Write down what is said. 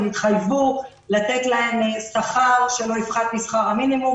הם התחייבו לתת להם שכר שלא יפחת משכר המינימום,